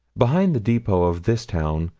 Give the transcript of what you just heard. behind the depot of this town,